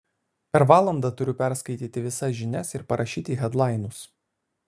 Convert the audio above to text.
per valandą turiu perskaityti visas žinias ir parašyti hedlainus